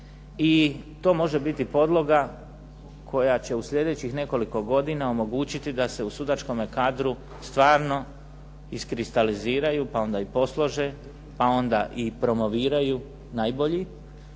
i to može biti podloga koja će u sljedećih nekoliko godina omogućiti da se u sudačkome kadru stvarno iskristaliziraju, pa onda i poslože, pa onda i promoviraju najbolji,